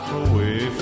away